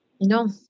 no